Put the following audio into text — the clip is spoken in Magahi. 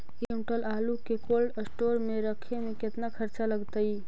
एक क्विंटल आलू के कोल्ड अस्टोर मे रखे मे केतना खरचा लगतइ?